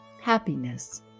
Happiness